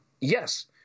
yes